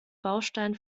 baustein